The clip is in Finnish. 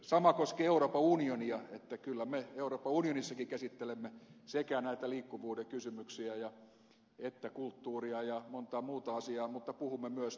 sama koskee euroopan unionia että kyllä me euroopan unionissakin käsittelemme sekä näitä liikkuvuuden kysymyksiä että kulttuuria ja montaa muuta asiaa mutta puhumme myös turvallisuuspolitiikasta